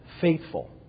Faithful